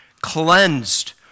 cleansed